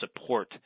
support